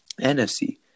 NFC